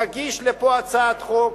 נגיש לפה הצעת חוק,